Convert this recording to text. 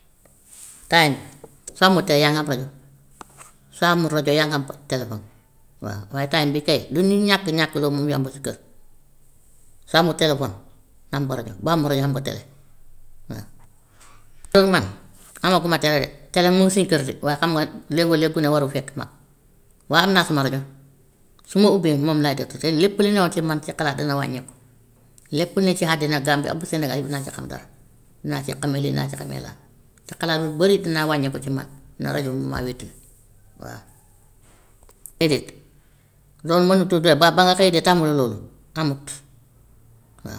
time soo amut tele yaa ngi am rajo, soo amut rajo yaa ngi am telefon waa waaye time bi kay lu nit ñàkk ñàkk loolu mu ngi am ba si kër, soo amut telefon, am nga rajo, boo amut rajo am nga tele waa. kër man amaguma tele de, tele moo ngi sunu kër de waaye xam nga léegoo lépp ne warul fekk mag, waa am naa suma rajo, su ma ubbee moom laay jot te lépp li newoon si man ci xalaat dana wàññeeku. Lépp lu ne ci àddina gambie ak bu sénégal yëpp danaa si xam dara, naa si xamee lii, naa si xamee laa, te xalaat bu bari dana wàññeeku ci man ndax rajo bi mu ngi may wettali waa. Déedéet boo mënatul de ba ba nga xëy di tàmm loolu amut waa